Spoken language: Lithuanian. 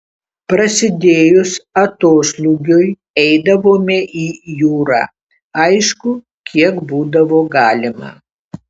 prasidėjus atoslūgiui eidavome į jūrą aišku kiek būdavo galima